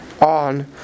on